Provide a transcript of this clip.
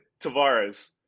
Tavares